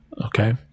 Okay